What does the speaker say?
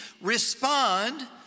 respond